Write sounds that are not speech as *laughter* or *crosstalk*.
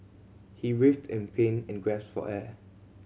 he writhed in pain and *unintelligible* for air